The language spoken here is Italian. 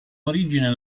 origine